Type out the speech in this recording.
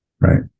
right